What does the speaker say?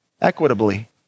equitably